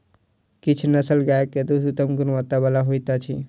किछ नस्लक गाय के दूध उत्तम गुणवत्ता बला होइत अछि